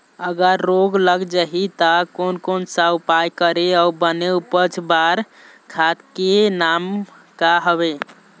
अगर रोग लग जाही ता कोन कौन सा उपाय करें अउ बने उपज बार खाद के नाम का हवे?